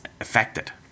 affected